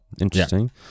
interesting